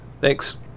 Thanks